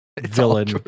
villain